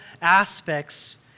aspects